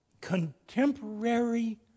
contemporary